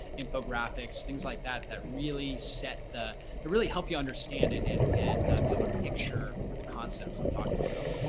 infographics, things like that, that really set the the really helped you understand it and and be able to picture the concepts i'm talking about.